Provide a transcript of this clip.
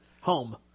home